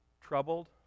troubled